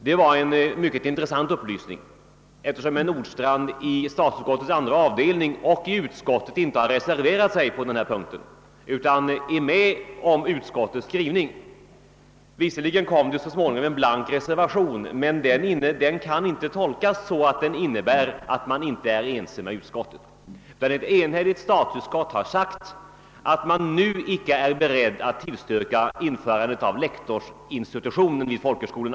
Det var en intressant upplysning, eftersom herr Nordstrandh i statsutskottets andra avdelning och i utskot tet inte har reserverat sig på denna punkt utan är med om utskottets skrivning. Visserligen kom det så småningom en blank reservation, men den kan inte tolkas så att den innebär att han inte är ense med utskottet. Ett enigt statsutskott har alltså sagt att man nu inte är beredd att tillstyrka införandet av lektorsinstitutionen vid folkhögskolan.